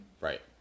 Right